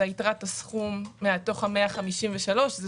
זה יתרת הסכום מתוך ה-153 מיליון שקל,